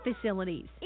facilities